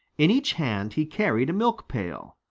in each hand he carried a milk pail.